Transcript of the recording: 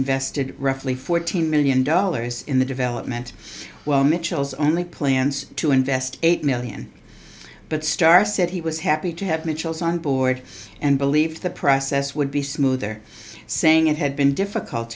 invested roughly fourteen million dollars in the development well mitchell's only plans to invest eight million but star said he was happy to have mitchell's on board and believe the process would be smoother saying it had been difficult